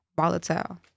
volatile